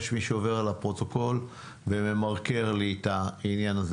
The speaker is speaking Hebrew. יש מי שעובר על הפרוטוקול וממרקר לי את העניין הזה.